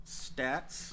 stats